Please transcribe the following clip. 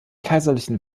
kaiserlichen